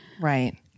Right